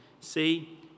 See